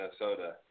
Minnesota